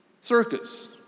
circus